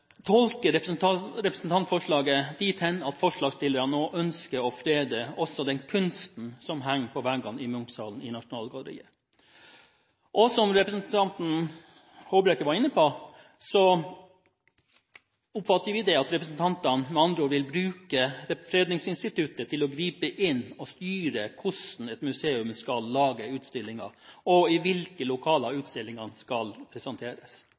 tolker representantforslaget dit hen at forslagsstillerne nå ønsker å frede også den kunsten som henger på veggene i Munch-salen i Nasjonalgalleriet. Som representanten Håbrekke var inne på, oppfatter vi med andre ord at representantene vil bruke fredningsinstituttet til å gripe inn og styre hvordan et museum skal lage utstillinger, og i hvilke lokaler utstillingene skal presenteres.